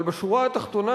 אבל בשורה התחתונה,